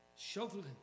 shoveling